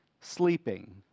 sleeping